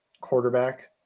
quarterback